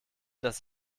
dass